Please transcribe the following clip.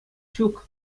ҫук